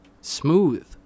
Smooth